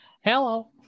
Hello